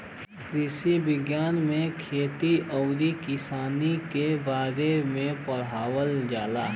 कृषि विज्ञान में खेती आउर किसानी के बारे में पढ़ावल जाला